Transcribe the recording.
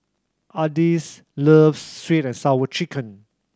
Ardyce loves Sweet And Sour Chicken